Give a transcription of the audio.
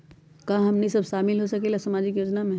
का हमनी साब शामिल होसकीला सामाजिक योजना मे?